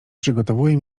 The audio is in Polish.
przygotowuje